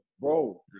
bro